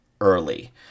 early